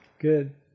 good